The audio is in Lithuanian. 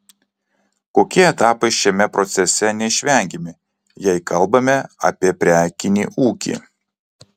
kokie etapai šiame procese neišvengiami jei kalbame apie prekinį ūkį